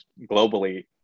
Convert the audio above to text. globally